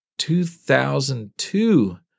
2002